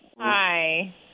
Hi